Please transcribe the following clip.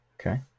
Okay